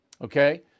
Okay